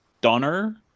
Donner